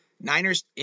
Niners